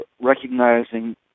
recognizing